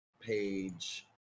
page